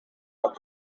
out